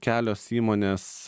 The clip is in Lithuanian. kelios įmonės